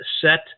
set